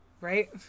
Right